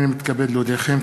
הנני מתכבד להודיעכם,